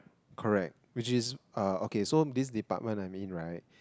correct which is uh okay so this department I mean right